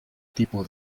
tipo